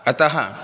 अतः